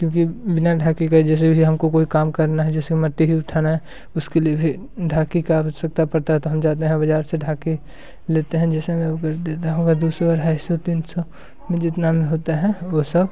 क्योंकि बिना ढाकी के जैसे हम को कोई काम करना है जैसे मट्टी ही उठाना है उसके लिए भी ढाकी की आवश्यकता पड़ती है तो हम जाते हैं बज़ार से ढाकी लेते हैं जैसे में देना होगा डो सौ अढ़ाई सौ तीन सौ जितने में होता है वो सब